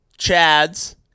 Chad's